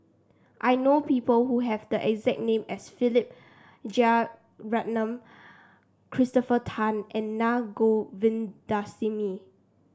I know people who have the exact name as Philip Jeyaretnam Christopher Tan and Naa Govindasamy